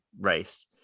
race